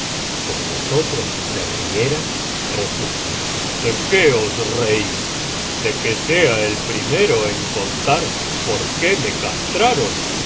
y como los otros se rieran repuso de qué os reís de que sea el primero en contar por qué me castraron